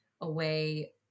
away